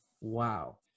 Wow